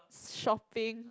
shopping